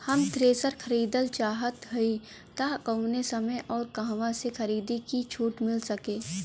हम थ्रेसर खरीदल चाहत हइं त कवने समय अउर कहवा से खरीदी की कुछ छूट मिल सके?